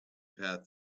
path